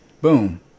boom